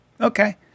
okay